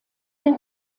der